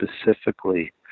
specifically